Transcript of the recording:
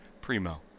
primo